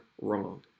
wrong